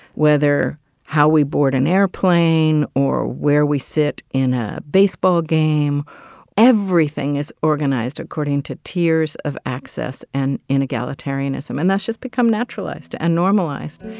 whether how we board an airplane or where we sit in a baseball game everything is organized according to tiers of access and inegalitarianism, and that's just become naturalized and normalized.